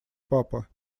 папа